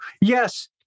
yes